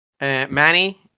Manny